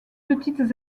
petites